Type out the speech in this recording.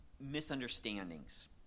misunderstandings